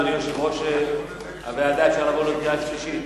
אדוני יושב-ראש הוועדה, אפשר לעבור לקריאה שלישית?